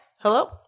hello